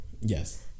yes